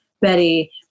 Betty